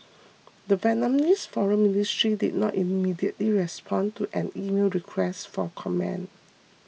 the Vietnamese foreign ministry did not immediately respond to an emailed request for comment